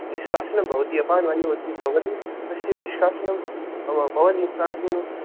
निष्कासनं भवति अपानवायुः अस्ति भवति तस्य निष्कासनं पवनमुक्तासन